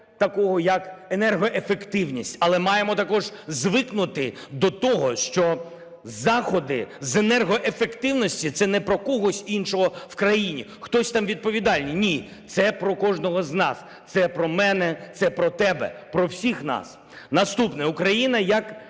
такого як енергоефективність, але маємо також звикнути до того, що заходи з енергоефективності – це не про когось іншого в країні, хтось там відповідальний. Ні, це про кожного з нас, це про мене, це про тебе, про всіх нас. Наступне. Україна як